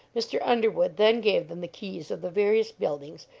mr. underwood then gave them the keys of the various buildings,